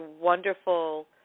wonderful